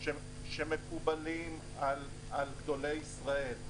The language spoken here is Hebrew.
שמקובלים על גדולי ישראל,